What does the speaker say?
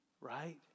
right